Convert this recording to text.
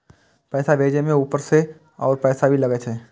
पैसा भेजे में ऊपर से और पैसा भी लगे छै?